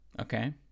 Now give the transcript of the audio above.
Okay